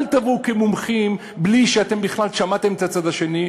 אל תבואו כמומחים בלי שאתם בכלל שמעתם את הצד השני,